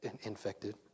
Infected